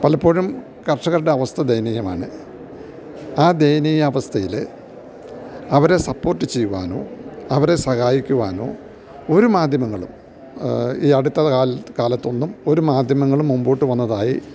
പലപ്പോഴും കർഷകരുടെ അവസ്ഥ ദയനീയമാണ് ആ ദയനീയ അവസ്ഥയില് അവരെ സപ്പോർട്ട് ചെയ്യുവാനോ അവരെ സഹായിക്കുവാനോ ഒരു മാധ്യമങ്ങളും ഈ അടുത്ത കാലത്തൊന്നും ഒരു മാധ്യമങ്ങളും മുന്പോട്ടു വന്നതായി